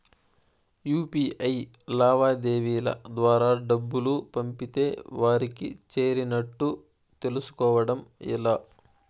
UPI లావాదేవీల ద్వారా డబ్బులు పంపితే వారికి చేరినట్టు తెలుస్కోవడం ఎలా?